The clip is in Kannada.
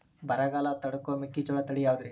ಬರಗಾಲ ತಡಕೋ ಮೆಕ್ಕಿಜೋಳ ತಳಿಯಾವುದ್ರೇ?